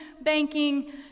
banking